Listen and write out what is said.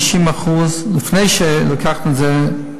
לפני שלקחו את זה,